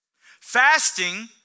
Fasting